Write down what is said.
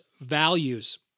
values